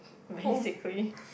basically